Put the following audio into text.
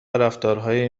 رفتارهایی